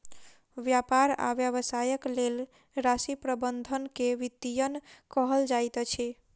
व्यापार आ व्यवसायक लेल राशि प्रबंधन के वित्तीयन कहल जाइत अछि